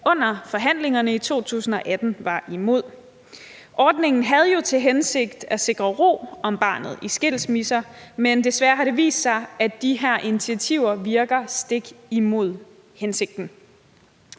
under forhandlingerne i 2018 var imod. Ordningen havde jo til hensigt at sikre ro om barnet i skilsmisser, men desværre har det vist sig, at de her initiativer virker stik imod hensigten.